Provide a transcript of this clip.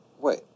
Wait